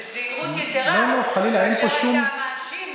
אם היינו מפסידים,